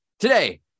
Today